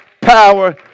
power